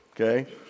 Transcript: okay